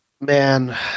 Man